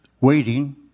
waiting